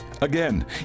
Again